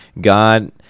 God